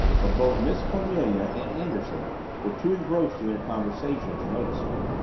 but both miss cornelia and anderson were too engrossed in their conversation to notice her.